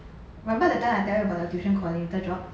remember that time I tell you about the tuition coordinator job